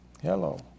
Hello